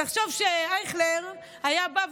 תחשוב שאייכלר היה בא,